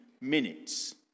minutes